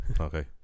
okay